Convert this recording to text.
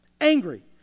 Angry